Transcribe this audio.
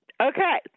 okay